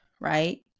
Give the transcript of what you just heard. right